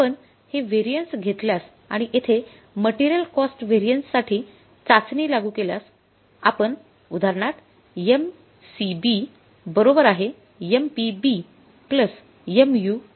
आपण हे व्हेरिएन्स घेतल्यास आणि येथे मटेरियल कॉस्ट व्हेरिएन्ससाठी चाचणी लागू केल्यास आपण उदाहरणार्थ एमसीबी बरोबर आहे एमपीबी प्लस एमयूव्ही